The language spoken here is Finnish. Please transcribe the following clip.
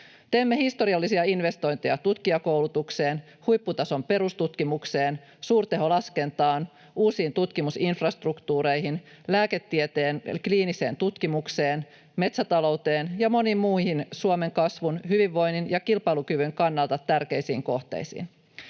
Teemme historiallisia investointeja tutkijakoulutukseen, huipputason perustutkimukseen, suurteholaskentaan, uusiin tutkimusinfrastruktuureihin, lääketieteen kliiniseen tutkimukseen, metsätalouteen ja moniin muihin Suomen kasvun, hyvinvoinnin ja kilpailukyvyn kannalta tärkeisiin kohteisiin.